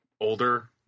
older